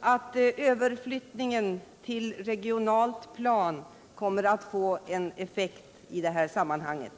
att överflyttningen till regionalt plan kommer att få en effekt i det här sammanhanget.